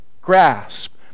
grasp